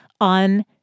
on